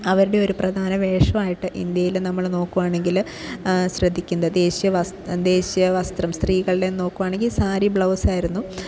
അവരുടെ ഒരു പ്രധാന വേഷമായിട്ട് ഇന്ത്യയിൽ നമ്മൾ നോക്കുകയാണെങ്കിൽ ശ്രദ്ധിക്കേണ്ട ദേശിയ വസ് ദേശീയവസ്ത്രം സ്ത്രീകളുടെ നോക്കുകയാണെങ്കിൽ സാരി ബ്ലൗസ് ആയിരുന്നു